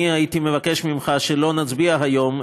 אני הייתי מבקש ממך שלא נצביע היום,